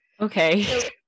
Okay